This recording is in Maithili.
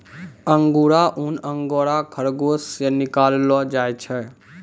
अंगुरा ऊन अंगोरा खरगोस से निकाललो जाय छै